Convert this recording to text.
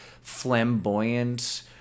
flamboyant